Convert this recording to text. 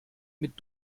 mit